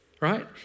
Right